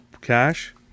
Cash